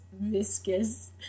viscous